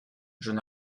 j’en